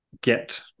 get